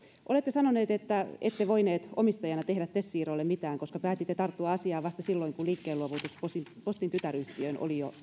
olette sanonut että ette voinut omistajana tehdä tes siirrolle mitään koska päätitte tarttua asiaan vasta silloin kun liikkeen luovutus postin postin tytäryhtiöön oli jo